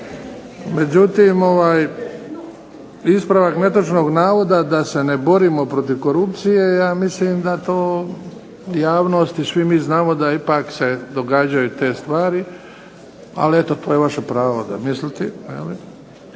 Međutim, ispravak netočnog navoda da se ne borimo protiv korupcije ja mislim da to javnost i svi mi znamo da ipak se događaju te stvari. Ali eto to je vaše pravo misliti.